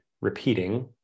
repeating